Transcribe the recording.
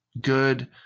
good